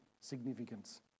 significance